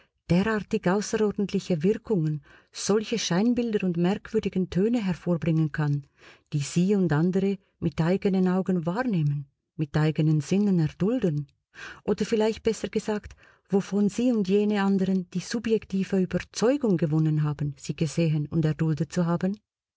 derartig außerordentliche wirkungen solche scheinbilder und merkwürdigen töne hervorbringen kann die sie und andere mit eigenen augen wahrnehmen mit eigenen sinnen erdulden oder vielleicht besser gesagt wovon sie und jene anderen die subjektive überzeugung gewonnen haben sie gesehen und erduldet zu haben